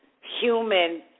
human